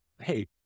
Hey